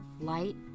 light